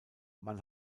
man